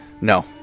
No